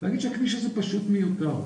להגיש שהכביש הזה פשוט מיותר.